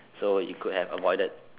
so you could have avoided